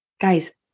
Guys